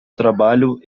trabalho